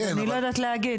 אני לא יודעת להגיד.